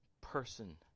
person